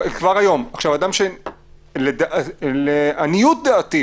עכשיו, לעניות דעתי,